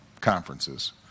conferences